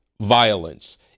violence